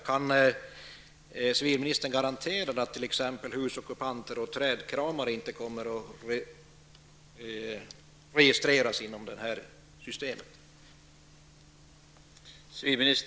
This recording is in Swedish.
Kan civilministern garantera att t.ex. husockupanter och trädkramare inte kommer att registreras inom det här systemet?